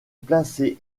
placés